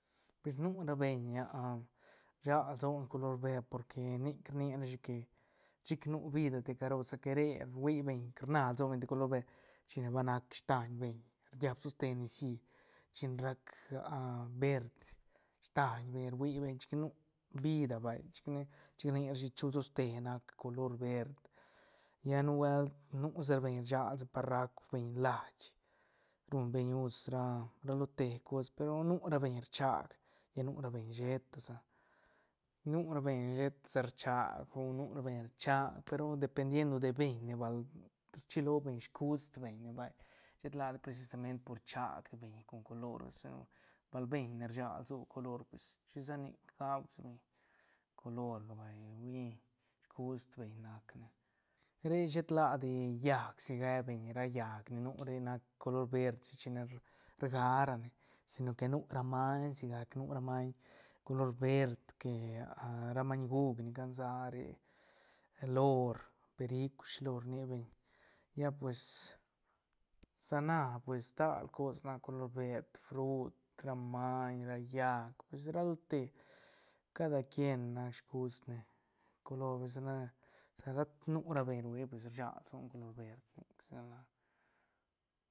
Pues nu ra beñ rsag lsone color verd porque nic rni rashi que chic nu vida te caro sa ca re ruibeñ rna lsobeñ te color verd china va nac staiñ beñ riab soste nicií chin rac verd staiñ beñ rui beñ chic nu vida vay chic ne chic rni rashi chul soste nac color verd ya nubuelt nu sa re beñ rsag lsone par rauc beñ lait ruñ beñ ush ra- ra lo te cos pe ru nu ra beñ rchac ya nu ra beñ sheta sa nu ra beñ sheta sa rchac o nu ra beñ rchac pe ru dependiendo de beñ ne val rchilo beñ scust beñ vay shet ladi precisamente por rchac beñ con colorga sa nu bal beñ ne rsag lso color pues shisa nic gauc shi beñ colorga vay hui scust beñ nac ne re shet ladi llaäc si ge beñ ra llaäc ni nu re nac color verd china rga ra ne si no que nu ra maiñ sigac nu ra maiñ color verd que ra maiñ guuk ni can sa re lor periuk shi lo rnibeñ ya pues sa na pues stal cos nac color verd frut ra maiñ llaäc ra lo te cada quien nac scust ne color sa na rat nu ra beñ ruia pues rsag lsone color verd nic si gal na.